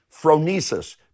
Phronesis